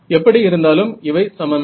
எப்படி இருந்தாலும் இவை சமமே